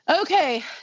Okay